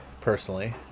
personally